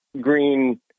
green